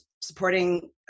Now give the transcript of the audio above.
supporting